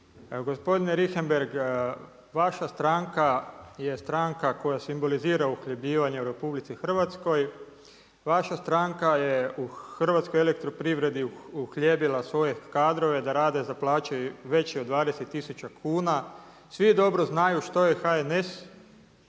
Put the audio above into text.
Gospodine Richembergh vaša stranka je stranka koja simbolizira uhljebljivanje u Republici Hrvatskoj, vaša stranka je u Hrvatskoj elektroprivredi uhljebila svoje kadrove da rade za plaće veće od 20000 kuna. Svi dobro znaju što je HNS